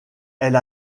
elle